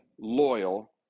loyal